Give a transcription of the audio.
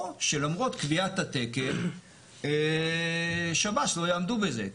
או שלמרות קביעת התקן שב"ס לא יעמדו בזה.